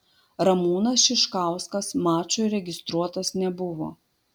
ramūnas šiškauskas mačui registruotas nebuvo